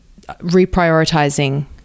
reprioritizing